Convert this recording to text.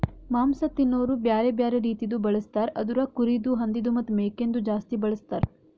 ಮಾಂಸ ತಿನೋರು ಬ್ಯಾರೆ ಬ್ಯಾರೆ ರೀತಿದು ಬಳಸ್ತಾರ್ ಅದುರಾಗ್ ಕುರಿದು, ಹಂದಿದು ಮತ್ತ್ ಮೇಕೆದು ಜಾಸ್ತಿ ಬಳಸ್ತಾರ್